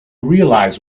realize